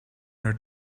her